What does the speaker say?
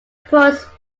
ports